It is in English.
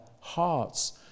hearts